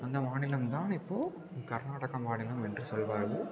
அந்த மாநிலம் தான் இப்போ கர்நாடகா மாநிலம் என்று சொல்வார்கள்